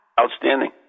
Outstanding